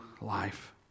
life